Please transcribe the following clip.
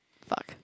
Fuck